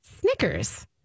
Snickers